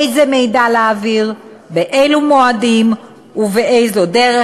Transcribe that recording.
איזה מידע להעביר, באילו מועדים ובאיזו דרך.